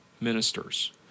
ministers